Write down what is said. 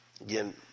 again